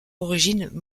origine